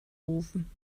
rufen